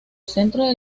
centro